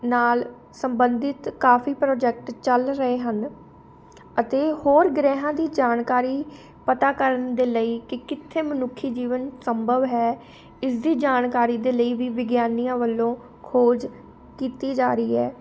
ਨਾਲ ਸੰਬੰਧਿਤ ਕਾਫੀ ਪ੍ਰੋਜੈਕਟ ਚੱਲ ਰਹੇ ਹਨ ਅਤੇ ਹੋਰ ਗ੍ਰਹਿਆਂ ਦੀ ਜਾਣਕਾਰੀ ਪਤਾ ਕਰਨ ਦੇ ਲਈ ਕਿ ਕਿੱਥੇ ਮਨੁੱਖੀ ਜੀਵਨ ਸੰਭਵ ਹੈ ਇਸ ਦੀ ਜਾਣਕਾਰੀ ਦੇ ਲਈ ਵੀ ਵਿਗਿਆਨੀਆਂ ਵੱਲੋਂ ਖੋਜ ਕੀਤੀ ਜਾ ਰਹੀ ਹੈ